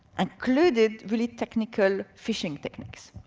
included really technical fishing techniques.